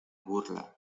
burla